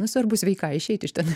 nu svarbu sveikai išeit iš ten